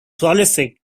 prolific